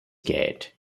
gate